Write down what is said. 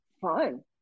fun